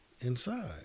Inside